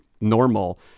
normal